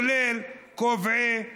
כולל קובעי המדיניות.